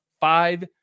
five